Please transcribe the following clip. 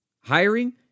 Hiring